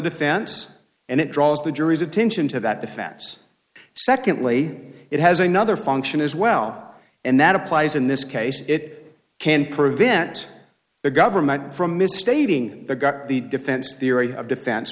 defense and it draws the jury's attention to that defense secondly it has another function as well and that applies in this case it can prevent the government from misstating the gut the defense the